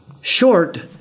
short